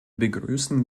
begrüßen